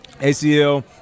ACL